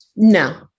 No